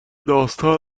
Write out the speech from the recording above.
داستان